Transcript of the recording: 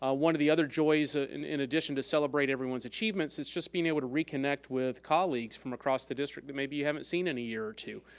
ah one of the other joys ah in in addition to celebrate everyone's achievements it's just being able to reconnect with colleagues from across the district that maybe you haven't seen in a year or two.